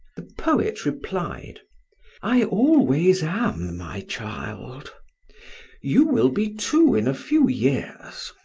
the poet replied i always am, my child you will be too in a few years.